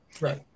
right